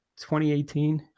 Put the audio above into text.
2018